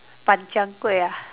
Ban Chang Kueh ah